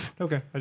Okay